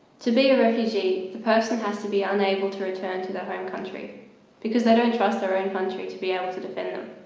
to be a refugee the person has to be unable to return to their home country because they don't trust their own and country to be able to defend them.